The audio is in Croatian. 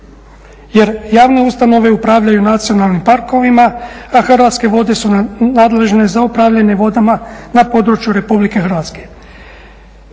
jer javne ustanove upravljaju nacionalnim parkovima, a Hrvatske vode su nadležne za upravljanje vodama na području Republike Hrvatske.